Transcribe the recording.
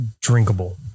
drinkable